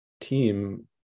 team